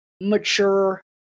mature